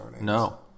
No